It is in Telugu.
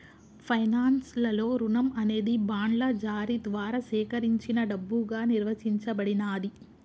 ఫైనాన్స్ లలో రుణం అనేది బాండ్ల జారీ ద్వారా సేకరించిన డబ్బుగా నిర్వచించబడినాది